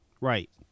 Right